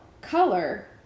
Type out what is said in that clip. color